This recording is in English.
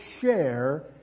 share